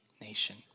nation